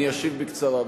אני אשיב בקצרה.